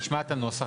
נשמע את הנוסח,